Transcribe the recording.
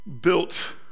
built